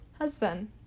husband